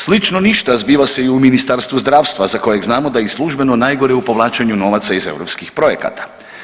Slično ništa zbiva se i u Ministarstvu zdravstva za kojeg znamo da je i službeno najgore u povlačenju novaca iz europskih projekata.